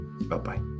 Bye-bye